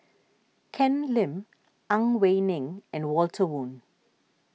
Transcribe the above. Ken Lim Ang Wei Neng and Walter Woon